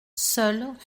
seuls